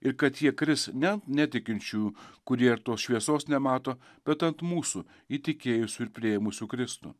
ir kad jie kris ne ant netikinčiųjų kurie ir tos šviesos nemato bet ant mūsų įtikėjusių ir priėmusių kristų